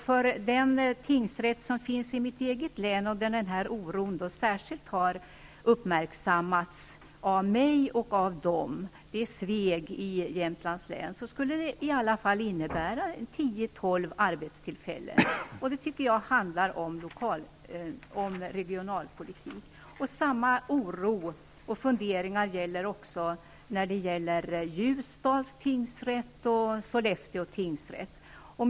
På den tingsrätt som finns i mitt eget län, nämligen Sveg i Jämtlands län, där denna oro särskilt har uppmärksammats av mig och av den, skulle det innebära 10--12 arbetstillfällen. Jag tycker att det handlar om regionalpolitik. Samma oro och funderingar finns också när det gäller Ljusdals och Sollefteå tingsrätter.